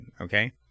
okay